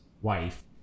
Wife